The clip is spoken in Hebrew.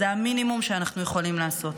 זה המינימום שאנחנו יכולים לעשות.